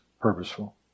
purposeful